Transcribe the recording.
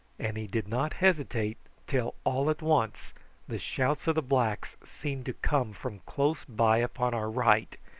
and he did not hesitate till all at once the shouts of the blacks seemed to come from close by upon our right,